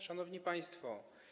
Szanowni Państwo!